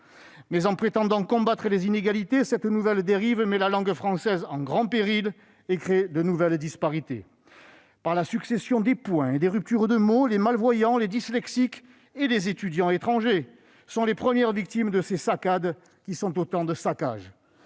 En prétendant combattre les inégalités, cette nouvelle dérive met la langue française en grand péril et crée de nouvelles disparités : par la succession des points et des ruptures de mots, les malvoyants, les dyslexiques et les étudiants étrangers sont les premières victimes de ces saccades qui sont autant de saccages.